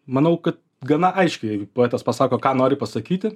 manau kad gana aiškiai jeigu poetas pasako ką nori pasakyti